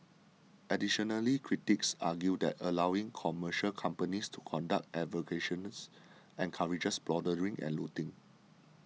additionally critics argued that allowing commercial companies to conduct excavations encourages plundering and looting